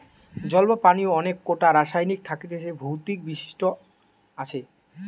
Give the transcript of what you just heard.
জল বা পানির অনেক কোটা রাসায়নিক থাকতিছে ভৌতিক বৈশিষ্ট আসে